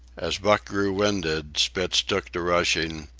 as buck grew winded, spitz took to rushing,